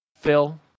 Phil